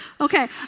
Okay